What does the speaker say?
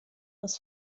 ist